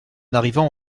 arrivant